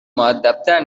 مودبتر